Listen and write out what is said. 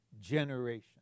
generation